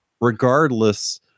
regardless